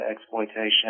exploitation